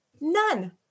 None